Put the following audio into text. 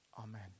Amen